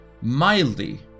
mildly